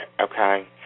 okay